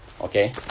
Okay